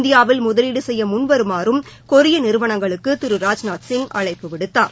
இந்தியாவில் முதலீடு செய்ய முன்வருமாறும் கொரிய நிறுவனங்களுக்கு திரு ராஜ்நாத்சிங் அழைப்புவிடுத்தார்